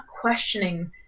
questioning